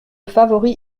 favori